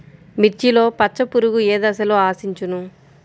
మిర్చిలో పచ్చ పురుగు ఏ దశలో ఆశించును?